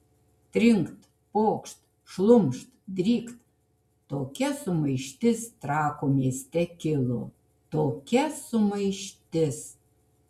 trinkt pokšt šlumšt drykt tokia sumaištis trakų mieste kilo tokia sumaištis